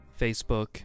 Facebook